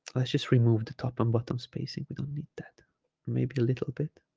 let's just remove the top and bottom spacing we don't need that maybe a little bit